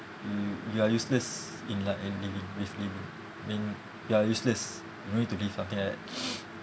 you you are useless in like in in is in I mean you are useless you don't need to live something like that